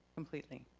completely.